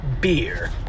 beer